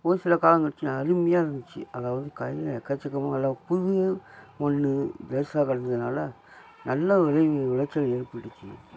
ஒரு சில காலம் கழிச்சு அருமையாக இருந்துச்சு அதாவுது கையில எக்கச்சக்கமான அளவுக்கு புது மண் வேஸ்ட்டாக கிடந்ததுனால நல்ல ஒரு விளைச்சலை ஏற்படுத்தியது